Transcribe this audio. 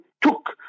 took